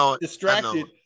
distracted